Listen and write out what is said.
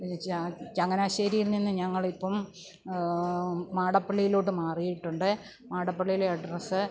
ചങ്ങനാശ്ശേരിയിൽ നിന്ന് ഞങ്ങളിപ്പം മാടപ്പള്ളിയിലോട്ട് മാറിയിട്ടുണ്ട് മാടപ്പള്ളിയിലെ അഡ്രസ്സ്